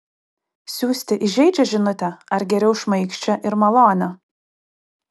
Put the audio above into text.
siųsti įžeidžią žinutę ar geriau šmaikščią ir malonią